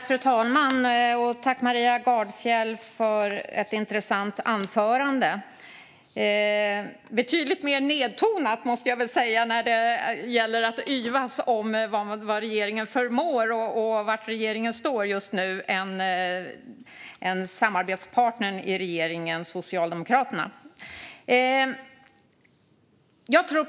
Fru talman! Tack för ett intressant anförande, Maria Gardfjell! Jag måste nog säga att det jämfört med inlägget från samarbetspartnern i regeringen, Socialdemokraterna, var betydligt mer nedtonat när det gäller att yvas över vad regeringen förmår och var regeringen just nu står.